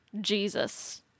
jesus